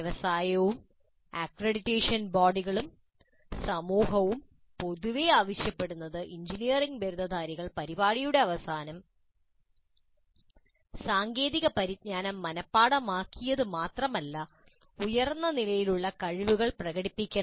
വ്യവസായവും അക്രഡിറ്റേഷൻ ബോഡികളും സമൂഹവും പൊതുവേ ആവശ്യപ്പെടുന്നത് എഞ്ചിനീയറിംഗ് ബിരുദധാരികൾ പരിപാടിയുടെ അവസാനം സാങ്കേതിക പരിജ്ഞാനം മനഃ പാഠമാക്കിയത് മാത്രമല്ല ഉയർന്ന നിലയിലുള്ള കഴിവുകളും പ്രകടിപ്പിക്കണം